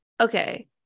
Okay